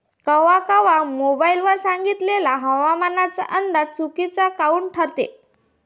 कवा कवा मोबाईल वर सांगितलेला हवामानाचा अंदाज चुकीचा काऊन ठरते?